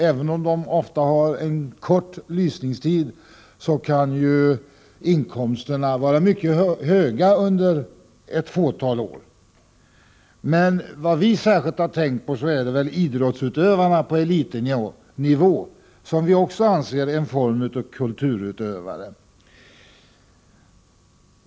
Även om de ofta har en kort tid av lyskraft kan inkomsterna under ett fåtal år vara mycket höga. Men vad vi särskilt har tänkt på är idrottsutövarna på elitnivå, som vi också betraktar som ett slags kulturutövare.